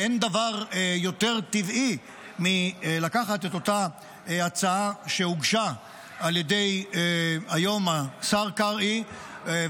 אין דבר יותר טבעי מלקחת את אותה הצעה שהוגשה על ידי השר קרעי היום,